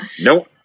Nope